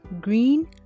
green